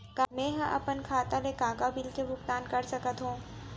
मैं ह अपन खाता ले का का बिल के भुगतान कर सकत हो